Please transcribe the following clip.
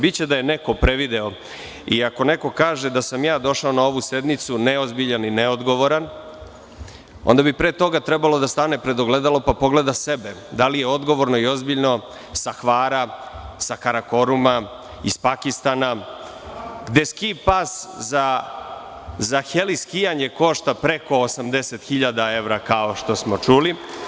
Biće da je neko prevideo i ako neko kaže da sam došao na ovu sednicu, neozbiljan i neodgovoran, onda bi pre toga trebalo da stane pred ogledalo i da pogleda sebe, da li je odgovorno i ozbiljno sa Hvara, sa Karakoruma, iz Pakistana, gde ski-pas za heli skijanje košta preko 80.000 evra, ako što smo čuli.